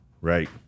right